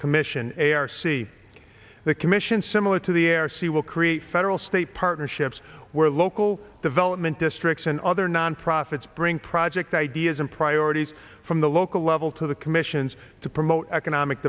commission a r c the commission similar to the air sea will create federal state partnerships where local development districts and other non profits bring project ideas and priorities from the local level to the commissions to promote economic